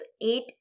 eight